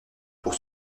pour